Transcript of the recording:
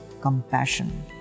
compassion